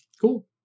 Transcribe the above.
Cool